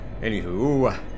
Anywho